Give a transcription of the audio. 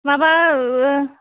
माबा ओ